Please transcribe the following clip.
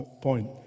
point